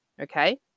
Okay